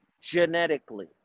Genetically